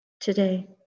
today